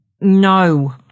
No